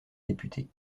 députés